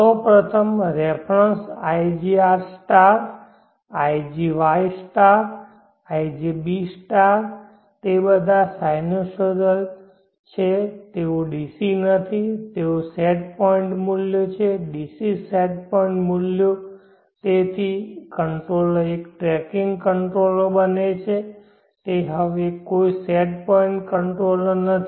સૌ પ્રથમ reference igR igY igB તે બધા સાઇનોસોડલ તેઓ ડીસી નથી તેઓ સેટ પોઇન્ટ મૂલ્યો છે ડીસી સેટ પોઇન્ટ મૂલ્યો તેથી કંટ્રોલર એક ટ્રેકિંગ કંટ્રોલર બને છે તે હવે કોઈ સેટ પોઇન્ટ કંટ્રોલર નથી